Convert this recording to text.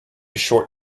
short